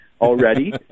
already